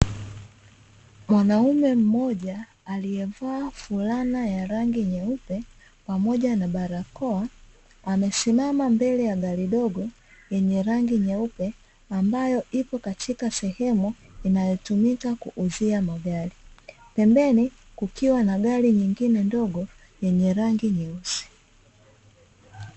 Mwanamume mmoja aliyevaa fulana ya rangi nyeupe pamoja na barakoa amesimama mbele ya gari ndogo yenye rangi nyeupe ambayo ipo katika sehemu inayotumika kuuzia magari, pembeni kukiwa na gari nyingine ndogo yenye rangi nyeusi.